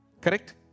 Correct